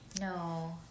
no